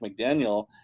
McDaniel